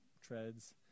treads